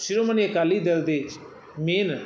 ਸ਼੍ਰੋਮਣੀ ਅਕਾਲੀ ਦਲ ਦੇ ਮੇਨ